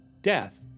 death